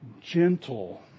gentle